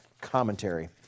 commentary